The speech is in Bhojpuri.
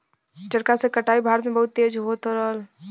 चरखा से कटाई भारत में बहुत होत रहल